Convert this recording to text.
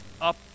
up